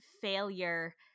failure